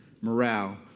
morale